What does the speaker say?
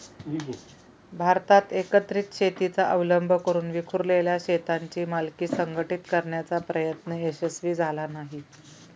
भारतात एकत्रित शेतीचा अवलंब करून विखुरलेल्या शेतांची मालकी संघटित करण्याचा प्रयत्न यशस्वी झाला नाही